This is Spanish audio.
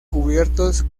cubiertos